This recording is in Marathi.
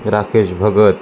राकेश भगत